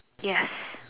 yes